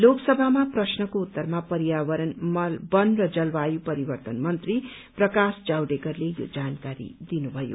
लोकसभामा प्रश्नको उत्तरमा पर्यावरण वन र जलवायु परिवर्तन मन्त्री प्रकाश जावड़ेकरले यो जानकारी दिनुभयो